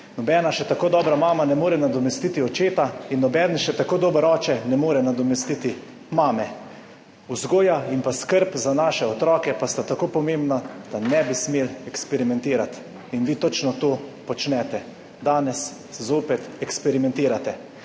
Nobena še tako dobra mama ne more nadomestiti očeta in nobeden še tako dober oče ne more nadomestiti mame. Vzgoja in pa skrb za naše otroke pa sta tako pomembna, da ne bi smeli eksperimentirati. In vi točno to počnete. Danes, zopet eksperimentirate.